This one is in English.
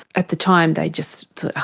at the time they just,